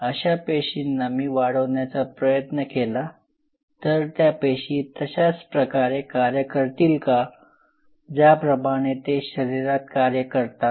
अशा पेशींना मी वाढवण्याचा प्रयत्न केला तर त्या पेशी तशाच प्रकारे कार्य करतील का ज्याप्रमाणे ते शरीरात कार्य करतात